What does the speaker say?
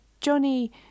Johnny